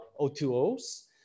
O2Os